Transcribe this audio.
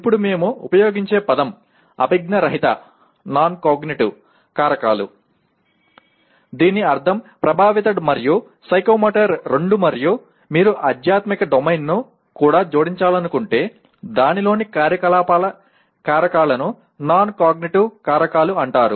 ఇప్పుడు మేము ఉపయోగించే పదం అభిజ్ఞా రహిత కారకాలు దీని అర్థం ప్రభావిత మరియు సైకోమోటర్ రెండూ మరియు మీరు ఆధ్యాత్మిక డొమైన్ను కూడా జోడించాలనుకుంటే దానిలోని కార్యకలాపాల కారకాలను నాన్ కాగ్నిటివ్ కారకాలు అంటారు